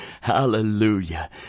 Hallelujah